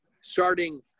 starting